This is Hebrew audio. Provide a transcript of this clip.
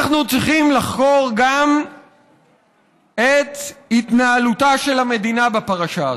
אנחנו צריכים לחקור גם את התנהלותה של המדינה בפרשה הזאת,